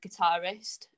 guitarist